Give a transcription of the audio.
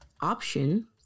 option